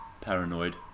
paranoid